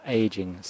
aging